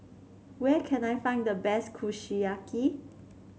where can I find the best Kushiyaki